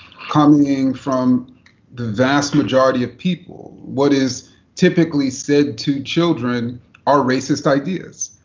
coming from the vast majority of people. what is typically said to children are racist ideas.